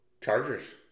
Chargers